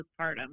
postpartum